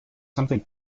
something